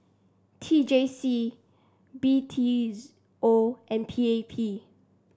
T J C B T O and P A P